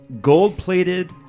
gold-plated